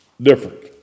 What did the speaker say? Different